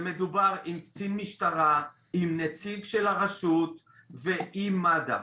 עם קצין משטרה, עם נציג של הרשות ועם מד"א.